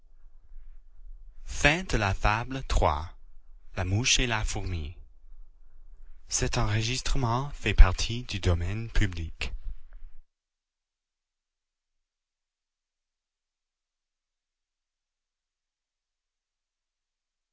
la mouche et la fourmi